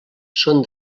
són